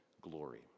glory